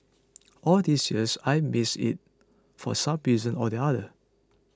all these years I missed it for some reason or the other